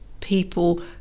people